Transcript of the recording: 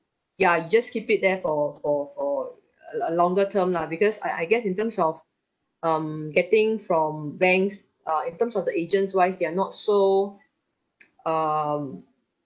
ya you just keep it there for for for uh a longer term lah because I I guess in terms of um getting from banks uh in terms of the agents wise they're not so um